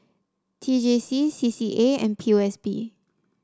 T J C C C A and P O S B